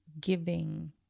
giving